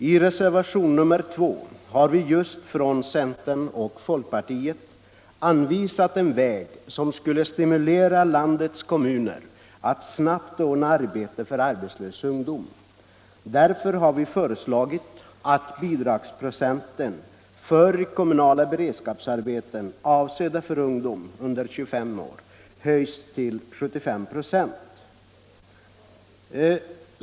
I reservationen 2 har representanterna för centerpartiet och folkpartiet anvisat en väg som skulle stimulera landets kommuner att snabbt ordna arbete åt arbetslös ungdom. Vi har föreslagit att bidragsprocenten för kommunala beredskapsarbeten, avsedda för ungdom under 25 år, höjs till 75 96.